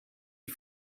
you